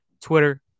Twitter